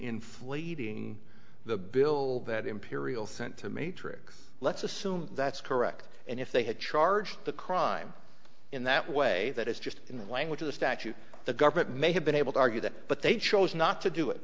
inflating the bill that imperial sent to matrix let's assume that's correct and if they had charged the crime in that way that is just in the language of the statute the government may have been able to argue that but they chose not to do it